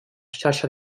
xarxa